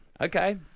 Okay